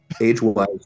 age-wise